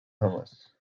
jamás